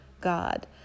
God